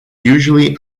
usually